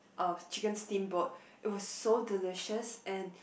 uh chicken steamboat it was so delicious and